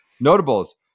Notables